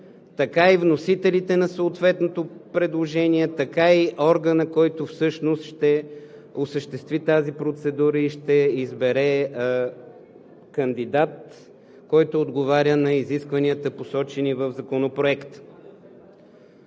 така и вносителите на съответното предложение, така и органът, който всъщност ще осъществи тази процедура и ще избере кандидат, който отговаря на изискванията, посочени в Законопроекта.